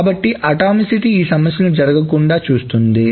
కాబట్టి అటామిసిటీ ఈ సమస్యలు జరగకుండా చూస్తుంది